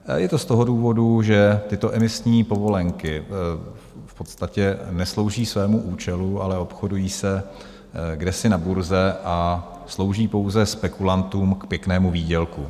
Je to z toho důvodu, že tyto emisní povolenky v podstatě neslouží svému účelu, ale obchodují se kdesi na burze a slouží pouze spekulantům k pěknému výdělku.